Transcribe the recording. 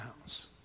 house